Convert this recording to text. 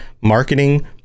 marketing